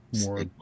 more